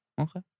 Okay